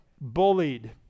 bullied